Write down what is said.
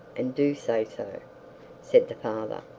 and do say so said the father,